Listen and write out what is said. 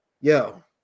Yo